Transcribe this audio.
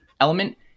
element